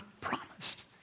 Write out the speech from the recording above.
promised